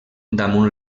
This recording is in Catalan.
damunt